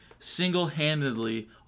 single-handedly